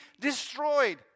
destroyed